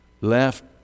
left